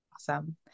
Awesome